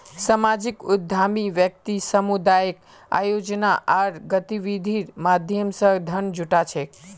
सामाजिक उद्यमी व्यक्ति सामुदायिक आयोजना आर गतिविधिर माध्यम स धन जुटा छेक